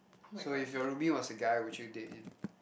so if your Ruby was a guy will you date him